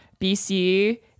bc